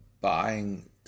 buying